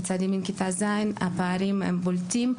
בצד ימין כיתה ז' הפערים הם בולטים,